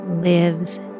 lives